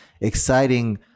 exciting